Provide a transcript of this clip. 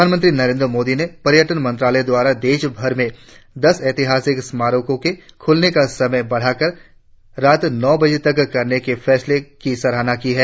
प्रधानमंत्री नरेंद्र मोदी ने पर्यटन मंत्रालय द्वारा देशभर में दस ऐतिहासिक स्मारकों के खुलने का समय बढ़ाकर रात नौ बजे तक करने के फैसले की सराहना की है